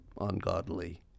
ungodly